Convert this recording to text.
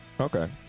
okay